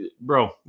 bro